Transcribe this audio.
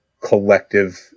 collective